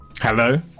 Hello